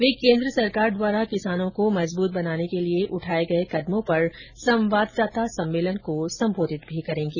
वे कोन्द्र सरकार द्वारा किसानों को मजबूत बनाने के लिए उठाये गये कदमों पर संवाददाता सम्मेलन को भी संबोधित करेंगे